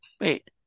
wait